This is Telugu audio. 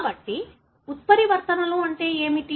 కాబట్టి ఉత్పరివర్తనలు అంటే ఏమిటి